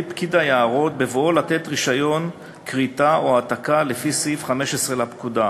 פקיד היערות בבואו לתת רישיון כריתה או העתקה לפי סעיף 15 לפקודה,